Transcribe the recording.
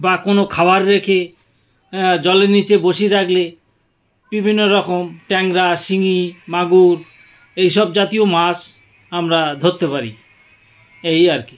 বা কোনো খাবার রেখে হ্যাঁ জলের নীচে বসিয়ে রাখলে বিভিন্ন রকম ট্যাংরা শিঙি মাগুর এইসব জাতীয় মাছ আমরা ধরতে পারি এই আর কি